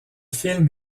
film